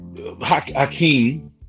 Hakeem